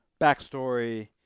backstory